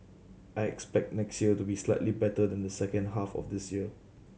I expect next year to be slightly better than the second half of this year